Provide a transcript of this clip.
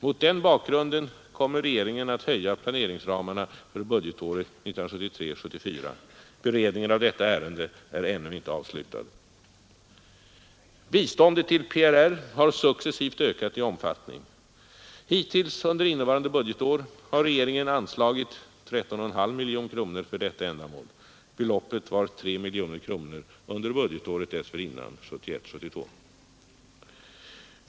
Mot den bakgrunden kommer regeringen att höja planeringsramarna för budgetåret 1973 72.